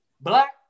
Black